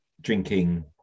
drinking